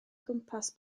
gwmpas